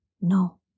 No